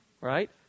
right